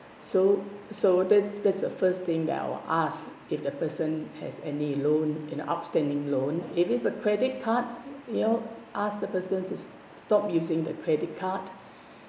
so so that's that's the first thing that I'll ask if the person has any loan an outstanding loan if it's a credit card you know ask the person to stop using the credit card